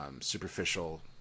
superficial